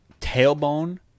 tailbone